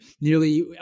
nearly